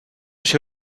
się